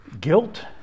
Guilt